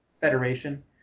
federation